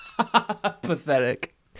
Pathetic